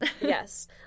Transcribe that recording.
Yes